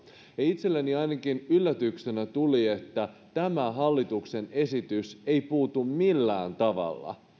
itselleni ainakin tuli yllätyksenä että tämä hallituksen esitys ei puutu millään tavalla